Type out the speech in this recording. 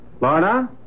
Lorna